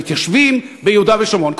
המתיישבים ביהודה ושומרון.